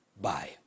bye